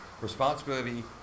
responsibility